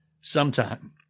Sometime